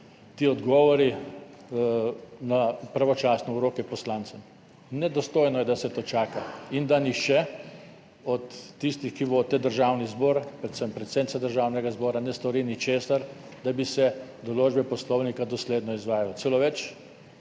ti odgovori pravočasno v roke poslancem. Nedostojno je, da se to čaka in da nihče od tistih, ki vodite Državni zbor, predvsem predsednica Državnega zbora, ne stori ničesar, da bi se določbe poslovnika dosledno izvajalo. Celo več,